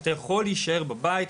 אתה יכול להישאר בבית,